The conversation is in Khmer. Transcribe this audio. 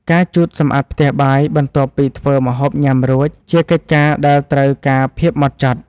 ការជូតសម្អាតផ្ទះបាយបន្ទាប់ពីធ្វើម្ហូបញ៉ាំរួច ជាកិច្ចការដែលត្រូវការភាពហ្មត់ចត់។